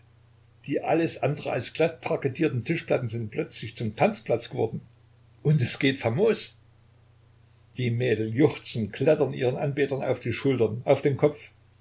die alles andere als glatt parkettierten tischplatten sind plötzlich zum tanzplatz geworden und es geht famos die mädel juchzen klettern ihren anbetern auf die schultern auf den kopf